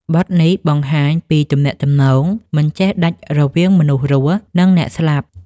បទនេះបង្ហាញពីទំនាក់ទំនងមិនចេះដាច់រវាងមនុស្សរស់ និងអ្នកស្លាប់។